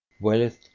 Wealth